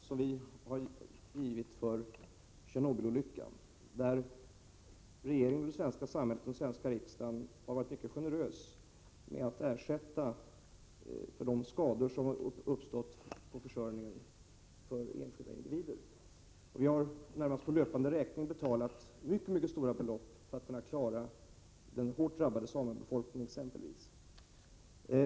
Herr talman! När det gäller den kompensation som givits med anledning av Tjernobylolyckan har det svenska samhället, regeringen och den svenska riksdagen mycket generöst ersatt de skador som uppstått för enskilda individer i fråga om försörjningen. Vi har närmast i löpande räkning betalat mycket stora belopp för att kunna klara exempelvis den hårt drabbade samebefolkningens försörjning.